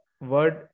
word